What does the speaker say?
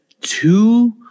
two